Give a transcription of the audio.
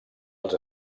als